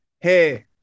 hey